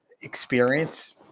experience